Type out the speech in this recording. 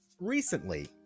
recently